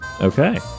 Okay